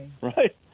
right